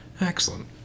Excellent